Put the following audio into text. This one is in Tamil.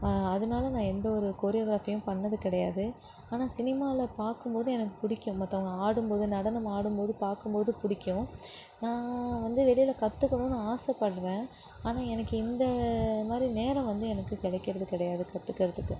அதனால நான் எந்த ஒரு கொரியோகிராஃபியும் பண்ணது கிகடையாது ஆனால் சினிமாவில் பார்க்கும்போது எனக்கு பிடிக்கும் மற்றவங்க ஆடும் போது நடனம் ஆடும் போது பார்க்கும்போது பிடிக்கும் நான் வந்து வெளியில் கற்றுக்கணும்னு ஆசைப்படுறேன் ஆனால் எனக்கு இந்த மாதிரி நேரம் வந்து எனக்கு கிடைக்கிறது கிடையாது கற்றுக்கிறதுக்கு